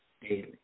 daily